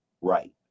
right